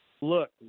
Look